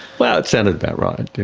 well, it sounded about right!